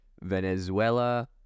Venezuela